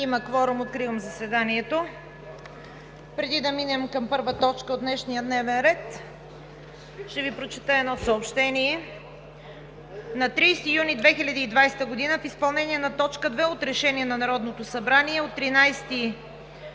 Имаме кворум. Откривам заседанието. Преди да преминем към първа точка от днешния дневен ред, ще Ви прочета едно съобщение: На 30 юни 2020 г. в изпълнение на т. 2 от Решение на Народното събрание от 13